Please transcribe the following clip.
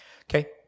Okay